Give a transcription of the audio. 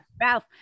Ralph